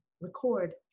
record